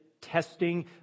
testing